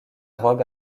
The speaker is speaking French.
robe